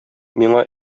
миңа